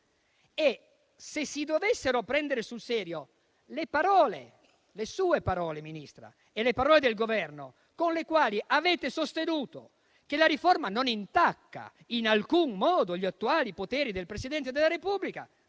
Se si dovessero prendere sul serio le sue parole, Ministra, e le parole del Governo, con le quali avete sostenuto che la riforma non intacca in alcun modo gli attuali poteri del Presidente della Repubblica,